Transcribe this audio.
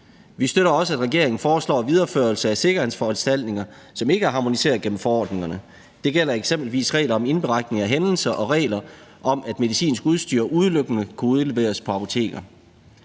Vi støtter også, at regeringen foreslår en videreførelse af sikkerhedsforanstaltninger, som ikke er harmoniseret gennem forordningerne. Det gælder eksempelvis regler om indberetning af hændelser og regler om, at medicinsk udstyr udelukkende kan udleveres på apoteker.